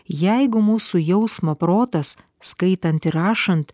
jeigu mūsų jausmo protas skaitant ir rašant